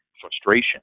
frustration